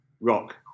Rock